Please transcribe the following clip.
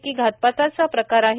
कि घातपातचा प्रकार आहेत